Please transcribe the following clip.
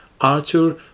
Arthur